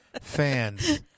fans